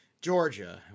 Georgia